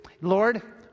Lord